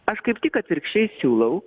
aš kaip tik atvirkščiai siūlau